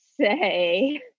say